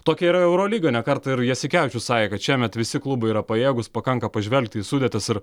tokia yra eurolyga ne kartą ir jasikevičius sakė kad šiemet visi klubai yra pajėgūs pakanka pažvelgti į sudetis ir